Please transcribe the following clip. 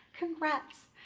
congrats!